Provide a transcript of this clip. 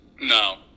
No